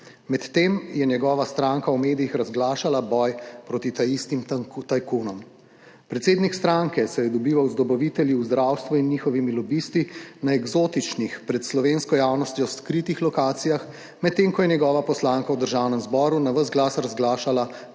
Medtem je njegova stranka v medijih razglašala boj proti ta istim tajkunom. Predsednik stranke se je dobival z dobavitelji v zdravstvu in njihovimi lobisti na eksotičnih, pred slovensko javnostjo skritih lokacijah, medtem ko je njegova poslanka v Državnem zboru na ves glas razglašala